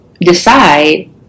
decide